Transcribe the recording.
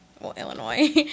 Illinois